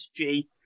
SG